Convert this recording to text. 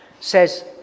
says